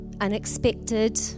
unexpected